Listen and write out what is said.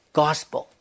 gospel